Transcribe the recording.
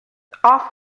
off